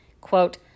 Quote